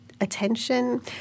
attention